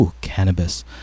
cannabis